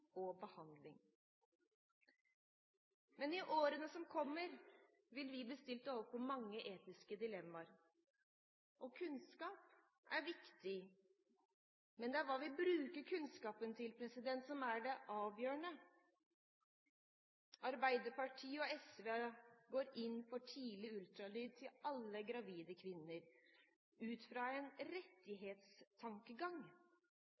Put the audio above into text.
og behandling. Men i årene som kommer, vil vi bli stilt overfor mange etiske dilemmaer. Kunnskap er viktig, men det er hva vi bruker kunnskapen til, som er det avgjørende. Arbeiderpartiet og SV går inn for tidlig ultralyd til alle gravide kvinner ut fra en